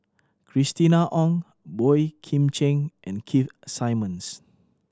Christina Ong Boey Kim Cheng and Keith Simmons